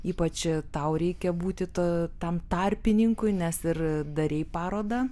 ypač tau reikia būti tu tam tarpininkui nes ir darei parodą